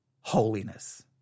holiness